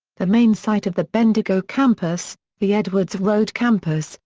the main site of the bendigo campus, the edwards road campus,